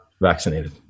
vaccinated